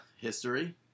history